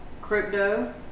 Crypto